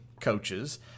coaches